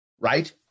Right